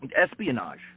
espionage